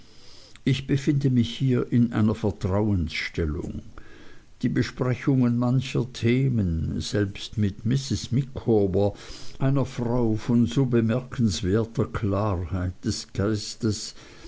ich befinde mich hier in einer vertrauensstellung die besprechungen mancher themen selbst mit mrs micawber einer frau von so bemerkenswerter klarheit des geistes